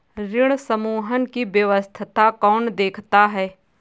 ऋण समूहन की व्यवस्था कौन देखता है?